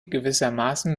gewissermaßen